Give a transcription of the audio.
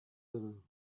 guru